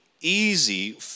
easy